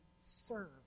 serve